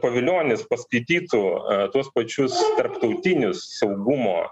pavilionis paskaitytų tuos pačius tarptautinius saugumo